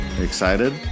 Excited